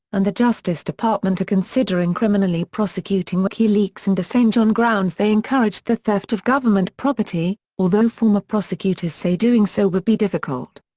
and the justice department are considering criminally prosecuting wikileaks and assange on grounds they encouraged the theft of government property, although former prosecutors say doing so would be difficult.